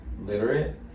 literate